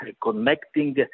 connecting